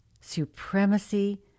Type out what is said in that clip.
supremacy